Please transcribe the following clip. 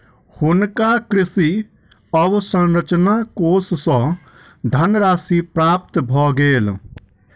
हुनका कृषि अवसंरचना कोष सँ धनराशि प्राप्त भ गेल